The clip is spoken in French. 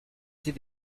était